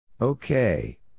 okay